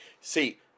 see